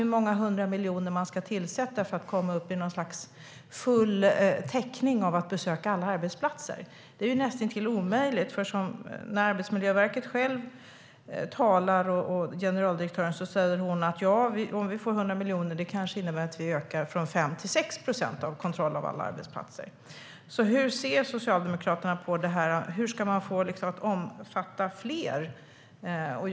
Hur många hundra miljoner ska man avsätta för att uppnå en full täckning ifråga om att besöka alla arbetsplatser? Det är ju näst intill omöjligt. Generaldirektören för Arbetsmiljöverket säger att om man får 100 miljoner innebär det en ökning av kontrollerna på alla arbetsplatser från 5 till 6 procent. Hur ser Socialdemokraterna på det här? Hur ska man få det till att omfatta fler besök?